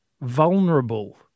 vulnerable